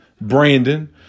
brandon